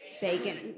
bacon